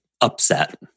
upset